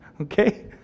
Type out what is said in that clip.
okay